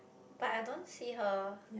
but I don't see her